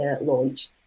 launch